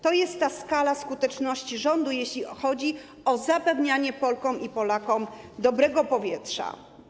To jest skala skuteczności rządu, jeśli chodzi o zapewnianie Polkom i Polakom dobrego powietrza.